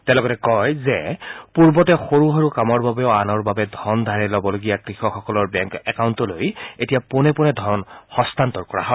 তেওঁ লগতে কয় যে পূৰ্বতে সৰু সৰু কামৰ বাবেও আনৰ পৰা ধন ধাৰে লবলগীয়া কৃষকসকলৰ বেংক একাউণ্টলৈ এতিয়া পোনে পোনে ধন হস্তান্তৰ কৰা হয়